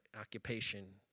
occupation